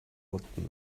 бодно